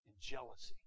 jealousy